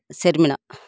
செர்மினா